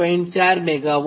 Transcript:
4 MW થાય